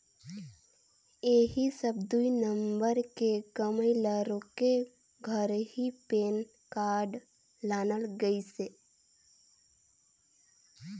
ऐही सब दुई नंबर के कमई ल रोके घर ही पेन कारड लानल गइसे